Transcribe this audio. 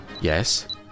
Yes